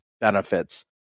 benefits